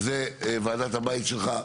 זו ועדת הבית שלך,